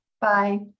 bye